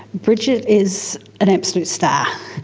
bridget is an absolute star.